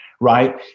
Right